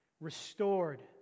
restored